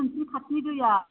नोंसिनि खाथिनि दैया